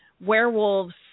werewolves